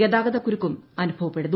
ഗതാഗത കുരുക്കും അനുഭവപ്പെടുന്നു